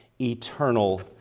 eternal